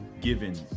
given